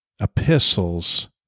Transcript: epistles